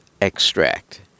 extract